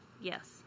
Yes